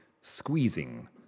squeezing